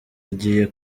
agiye